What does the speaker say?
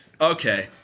Okay